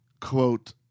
quote